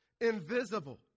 invisible